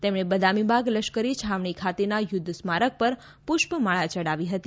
તેમણે બદામીબાગ લશ્કરી છાવણી ખાતેના યુદ્ધ સ્મારક પર પુષ્પમાળા ચડાવી હતી